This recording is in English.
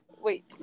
Wait